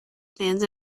stands